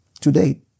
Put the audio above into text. Today